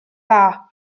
dda